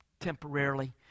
temporarily